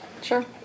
sure